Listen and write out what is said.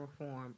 reform